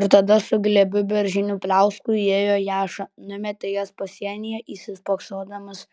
ir tada su glėbiu beržinių pliauskų įėjo jaša numetė jas pasienyje įsispoksodamas